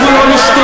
אנחנו לא נשתוק.